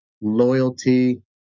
loyalty